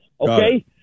okay